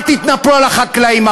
אל תתנפלו על החקלאים.